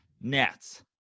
Nets